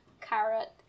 carrot